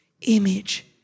image